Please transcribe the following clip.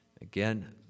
Again